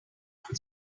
never